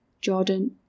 Jordan